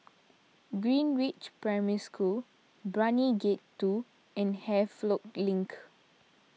Greenridge Primary School Brani Gate two and Havelock Link